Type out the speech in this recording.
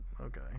Okay